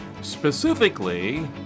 specifically